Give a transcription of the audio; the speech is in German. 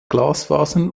glasfasern